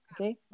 Okay